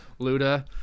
Luda